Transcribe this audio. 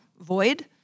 void